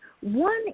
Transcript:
One